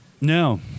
No